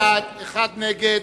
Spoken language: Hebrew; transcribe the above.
50 בעד, אחד נגד,